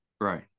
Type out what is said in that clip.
Right